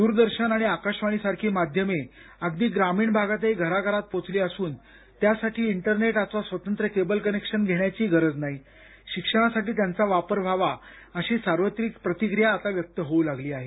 दूरदर्शन आणि आकाशवाणी सारखी माध्यमे अगदी ग्रामीण भागातही घराघरात पोचली असून त्यासाठी इंटरनेट अथवा स्वतंत्र केबल कनेक्शन घेण्याचीही गरज नाही शिक्षणासाठी त्यांचा वापर व्हावा अशी सार्वत्रिक प्रतिक्रिया व्यक्त होऊ लागली आहे